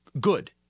Good